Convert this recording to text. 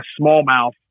smallmouth